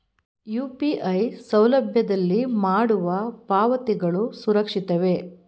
UPI ಸೌಲಭ್ಯದಲ್ಲಿ ಮಾಡುವ ಪಾವತಿಗಳು ಸುರಕ್ಷಿತವೇ?